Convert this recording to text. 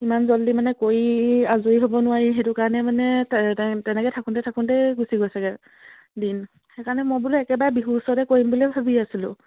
ইমান জল্দি মানে কৰি আজৰি হ'ব নোৱাৰি সেইটো কাৰণে মানে তেনেকে থাকোঁতে থাকোঁতে গুচি গৈছেগে দিন সেইকাৰণে মই বোলো একেবাৰে বিহুৰ ওচৰতে কৰিম বুলি ভাবি আছিলোঁ